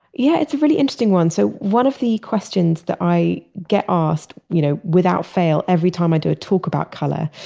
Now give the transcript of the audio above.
yeah. it's a really interesting one. so one of the questions that i get asked you know without fail every time i do a talk about color,